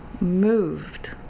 moved